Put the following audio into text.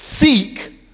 seek